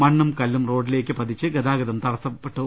മണ്ണും കല്ലും റോഡിലേയ്ക്ക് പതിച്ച് ഗതാഗത തടസം നേരിട്ടു